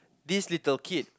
this little kid